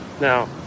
Now